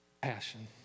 Passion